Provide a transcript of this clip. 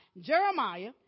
Jeremiah